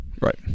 Right